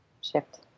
shift